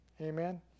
Amen